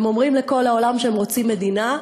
הם אומרים לכל העולם שהם רוצים מדינה,